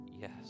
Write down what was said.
yes